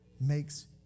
makes